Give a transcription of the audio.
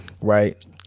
Right